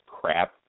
crap